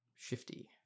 Shifty